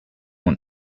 want